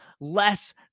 less